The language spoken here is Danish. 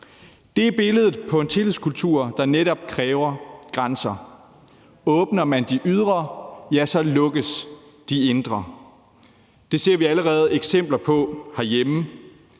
Det er billedet på en tillidskultur, der netop kræver grænser. Åbner man de ydre, lukkes de indre. Det ser vi allerede eksempler på herhjemme.